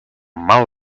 mal